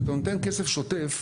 כשאתה נותן כסף שוטף,